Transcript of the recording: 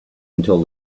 until